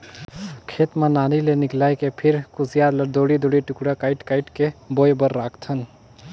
खेत म नाली ले निकायल के फिर खुसियार ल दूढ़ी दूढ़ी टुकड़ा कायट कायट के बोए बर राखथन